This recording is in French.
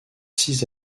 six